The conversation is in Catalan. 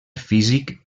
físic